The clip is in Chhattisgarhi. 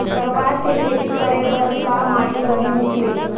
कपास के खेती करे बर का माटी बने होथे?